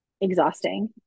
exhausting